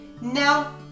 Now